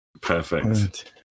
Perfect